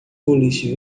boliche